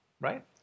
right